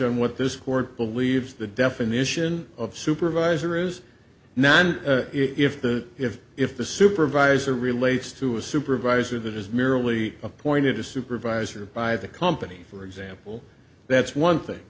john what this court believes the definition of supervisor is now and if the if if the supervisor relates to a supervisor that is merely appointed a supervisor by the company for example that's one thing